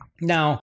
now